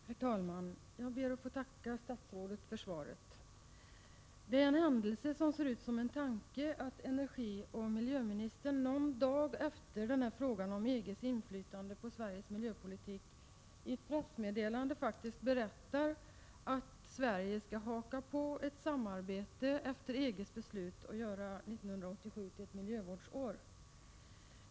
Herr talman! Jag ber att få tacka statsrådet för svaret. Det är en händelse som ser ut som en tanke att en energioch miljöministern någon dag efter det att min fråga om EG:s inflytande på Sveriges miljöpolitik ställdes i pressmeddelande berättade att Sverige skall haka på EG:s beslut att göra 1987 till ”miljövårdsåret”.